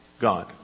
God